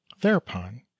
thereupon